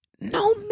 No